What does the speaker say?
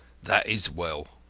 that is well.